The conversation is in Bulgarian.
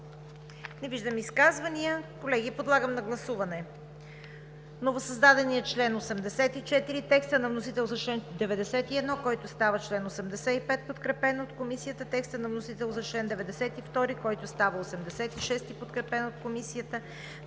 Не виждам изказвания. Колеги, подлагам на гласуване новосъздадения чл. 84; текста на вносителя за чл. 91, който става чл. 85, подкрепен от Комисията; текста на вносителя за чл. 92, който става чл. 86, подкрепен от Комисията;